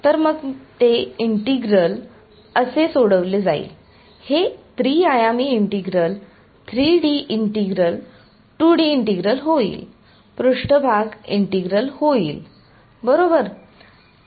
तर मग ते इंटिग्रल असे सोडले जाईल हे त्रि आयामी integral 3 D integral 2 D integral होईल पृष्ठभाग इंटिग्रल होईल बरोबर